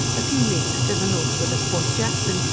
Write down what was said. a few leagues to the northward of port jackson,